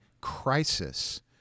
crisis